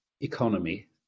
economy